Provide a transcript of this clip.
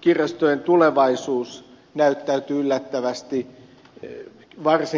kirjastojen tulevaisuus näyttäytyy yllättävästi varsin kysymysmerkkinä